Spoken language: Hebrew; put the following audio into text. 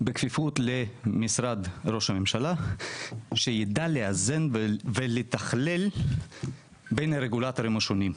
בכפיפות למשרד ראש הממשלה שידע לאזן ולתכלל בין הרגולטורים השונים.